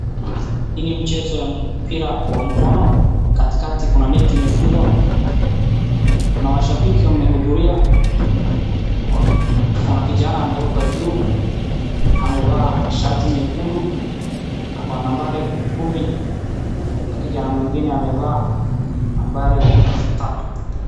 Hii ni mchezo ya mpira wa mkono katikati kuna miti imefungwa. Kuna washabiki wamehudhuria, kuna kijana ameruka juu amevaa shati nyekundu ako na nambari kumi na kijana mwingine amevaa nambari tatu.